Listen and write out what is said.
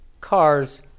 cars